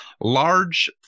large